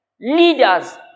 leaders